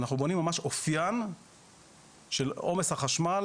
אנחנו בונים ממש אופיין של עומס החשמל.